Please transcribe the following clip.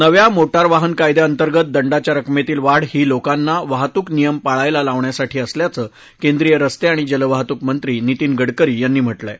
नव्या मोठा ेर वाहन कायद्यांतर्गत दंडाच्या रकमेतील वाढ ही लोकांना वाहतूक नियम पाळायला लावण्यासाठी असल्याचं केंद्रीय रस्ते आणि जलवाहतूक मंत्री नितीन गडकरी यांनी म्हा िं आहे